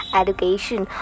education